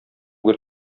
гөр